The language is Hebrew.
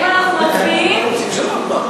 שמיר,